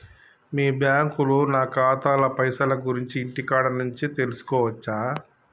మీ బ్యాంకులో నా ఖాతాల పైసల గురించి ఇంటికాడ నుంచే తెలుసుకోవచ్చా?